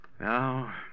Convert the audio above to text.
Now